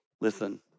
listen